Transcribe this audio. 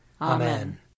Amen